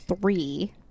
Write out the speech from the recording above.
three